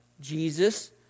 Jesus